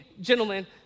gentlemen